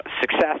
success